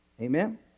amen